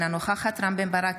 אינה נוכחת רם בן ברק,